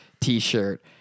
T-shirt